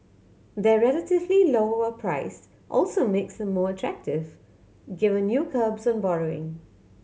their relatively lower price also makes them more attractive given new curbs on borrowing